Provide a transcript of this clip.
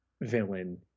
villain